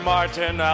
Martin